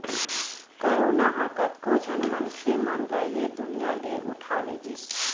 corona ह कतको झन मनखे मन ल ऐ दुनिया ले उठा लेगिस